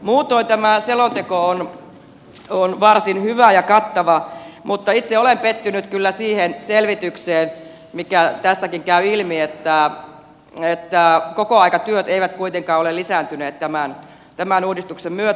muutoin tämä selonteko on varsin hyvä ja kattava mutta itse olen pettynyt kyllä siihen selvitykseen mikä tästäkin käy ilmi että kokoaikatyöt eivät kuitenkaan ole lisääntyneet tämän uudistuksen myötä